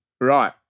right